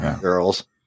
girls